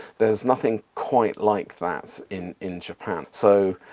there's nothing quite like that in in japan so